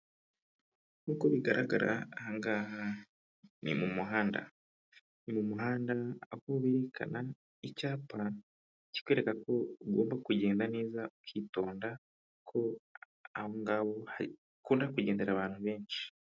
Nk'uko bigaragara aha ngaha ni mu muhanda, ni mu muhanda aho berekana icyapa kikwereka ko ugomba kugenda neza ukitonda ko aho ngaho hakunda kugendera abantu benshi.